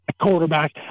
quarterback